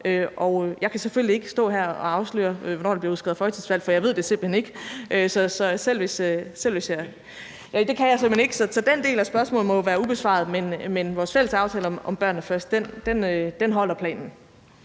Jeg kan selvfølgelig ikke stå her og afsløre, hvornår der bliver udskrevet folketingsvalg, for jeg ved det simpelt hen ikke. Det kan jeg simpelt hen ikke. Så den del af spørgsmålet må være ubesvaret, men vores fælles aftale »Børnene Først« følger planen.